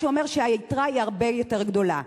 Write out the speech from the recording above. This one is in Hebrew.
מה שאומר שהיתרה הרבה יותר גדולה.